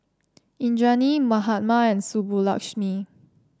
Indranee Mahatma and Subbulakshmi